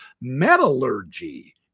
metallurgy